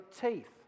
teeth